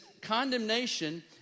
condemnation